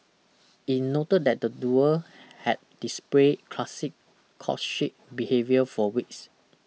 it noted that the duo had displayed classic courtship behaviour for weeks